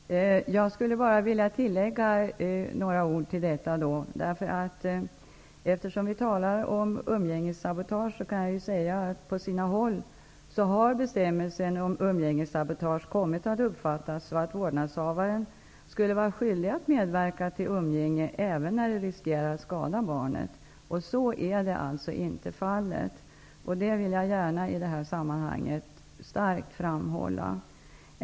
Herr talman! Jag skulle bara vilja tillägga några ord. Eftersom vi talar om umgängessabotage, kan jag säga att bestämmelsen om umgängessabotage på sina håll har kommit att uppfattas så, att vårdnadshavaren skulle vara skyldig till att medverka till umgänge även när det riskerar att skada barnet. Så är alltså inte fallet. Det vill jag gärna i det här sammanhanget starkt framhålla.